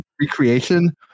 recreation